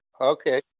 Okay